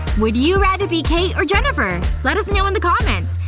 would you rather be kate or jennifer? let us know in the comments!